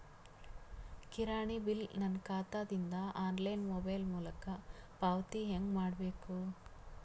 ಕಿರಾಣಿ ಬಿಲ್ ನನ್ನ ಖಾತಾ ದಿಂದ ಆನ್ಲೈನ್ ಮೊಬೈಲ್ ಮೊಲಕ ಪಾವತಿ ಹೆಂಗ್ ಮಾಡಬೇಕು?